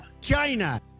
China